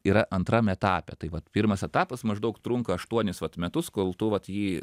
yra antram etape tai vat pirmas etapas maždaug trunka aštuonis vat metus kol tu vat jį